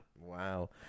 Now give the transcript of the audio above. Wow